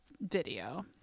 video